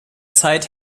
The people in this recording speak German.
zeit